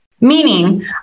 Meaning